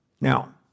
Now